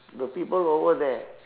the people over there